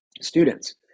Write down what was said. students